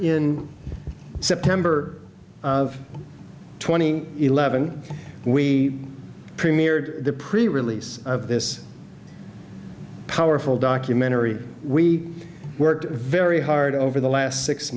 in september of twenty eleven we premiered the pre release of this powerful documentary we worked very hard over the last six